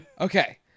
okay